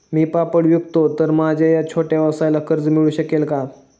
मी पापड विकतो तर माझ्या या छोट्या व्यवसायाला कर्ज मिळू शकेल का?